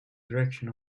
direction